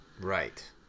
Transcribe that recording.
Right